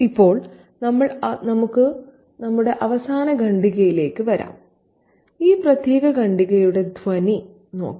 ഇപ്പോൾ നമുക്ക് അവസാന ഖണ്ഡികയിലേക്ക് വരാം ഈ പ്രത്യേക ഖണ്ഡികയുടെ ധ്വനി നോക്കാം